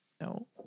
No